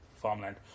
farmland